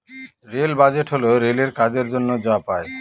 rail budget হল রেলের কাজের জন্য যা পাই